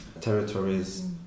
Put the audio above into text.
territories